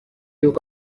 y’uko